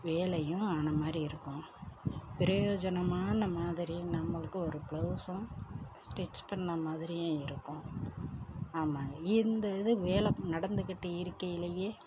வேலையும் ஆன மாதிரி இருக்கும் பிரயோஜனமான மாதிரியும் நம்மளுக்கும் ஒரு பிளவுஸும் ஸ்டிச் பண்ணிண மாதிரியும் இருக்கும் ஆமாங்க இந்த இது வேலை நடந்துக்கிட்டே இருக்கையிலையே